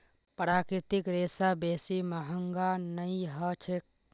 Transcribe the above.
प्राकृतिक रेशा बेसी महंगा नइ ह छेक